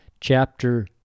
chapter